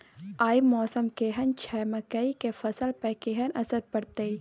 आय मौसम केहन छै मकई के फसल पर केहन असर परतै?